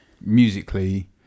musically